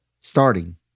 starting